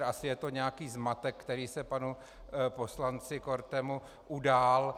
Asi je to nějaký zmatek, který se panu poslanci Kortemu udál.